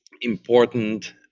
important